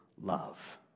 love